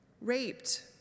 raped